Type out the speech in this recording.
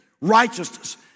Righteousness